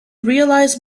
realize